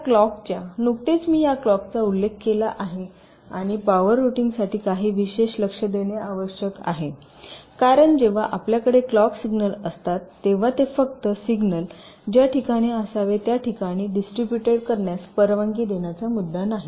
या क्लॉकच्या नुकतेच मी या क्लॉकचा उल्लेख केला आहे आणि पॉवर रूटिंगसाठी काही विशेष लक्ष देणे आवश्यक आहे कारण जेव्हा आपल्याकडे क्लॉक सिग्नल असतात तेव्हा ते फक्त सिग्नल ज्या ठिकाणी असावे त्या ठिकाणी डिस्ट्रीब्युटेड करण्यास परवानगी देण्याचा मुद्दा नाही